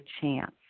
chance